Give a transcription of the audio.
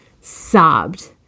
sobbed